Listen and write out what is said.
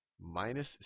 minus